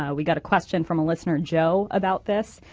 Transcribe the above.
yeah we got a question from a listener joe about this.